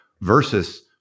versus